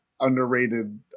underrated